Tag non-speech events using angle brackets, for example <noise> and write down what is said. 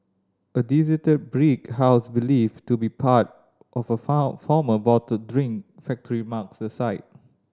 a deserted brick house believed to be part of a <unintelligible> former bottled drink factory marks the site